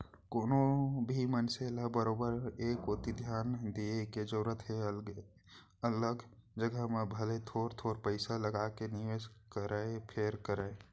कोनो भी मनसे ल बरोबर ए कोती धियान दिये के जरूरत हे अलगे अलग जघा म भले थोर थोर पइसा लगाके निवेस करय फेर करय